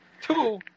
two